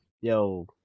Yo